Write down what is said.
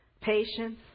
patience